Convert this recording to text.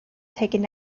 taking